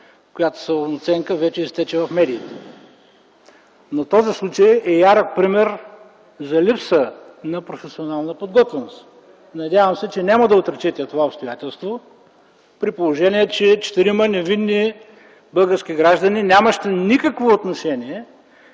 която самооценка вече изтече в медиите. Този случай обаче е ярък пример за липса на професионална подготвеност. Надявам се, че няма да отречете това обстоятелство, при положение че четирима невинни български граждани, нямащи никакво отношение,